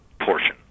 portion